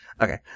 Okay